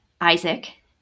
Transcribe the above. Isaac